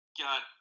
God